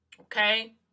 okay